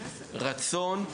רצון,